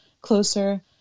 closer